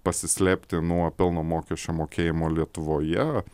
pasislėpti nuo pelno mokesčio mokėjimo lietuvoje